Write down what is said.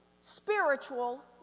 spiritual